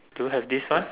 do you have this one